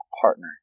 partner